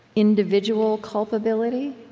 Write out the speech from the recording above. individual culpability,